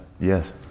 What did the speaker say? Yes